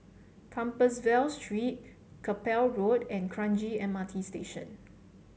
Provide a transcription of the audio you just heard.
Compassvale Street Chapel Road and Kranji M R T Station